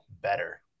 better